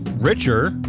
Richer